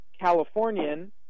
Californian –